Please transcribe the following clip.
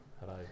hello